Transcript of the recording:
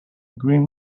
green